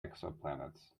exoplanets